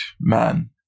man